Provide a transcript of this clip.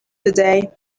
today